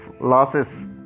losses